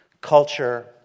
culture